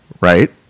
right